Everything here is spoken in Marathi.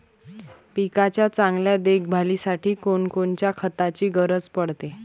पिकाच्या चांगल्या देखभालीसाठी कोनकोनच्या खताची गरज पडते?